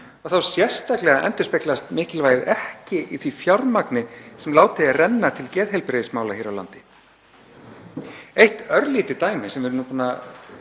og þá sérstaklega endurspeglast mikilvægið ekki í því fjármagni sem látið er renna til geðheilbrigðismála hér á landi. Eitt örlítið dæmi sem við erum nú búin að